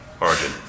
origin